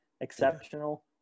exceptional